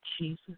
Jesus